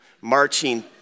marching